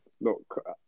look